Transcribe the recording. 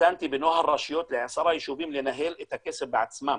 נתתי בנוהל רשויות לעשרה יישובים לנהל את הכסף בעצמם,